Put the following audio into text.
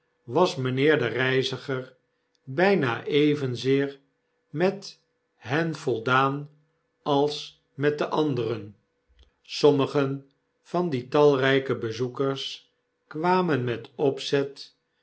was mpheer de reiziger byna evenzeer met hen voldaan als met de anderen sommigen van die talryke bezoekers kwamen met opzet